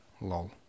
lol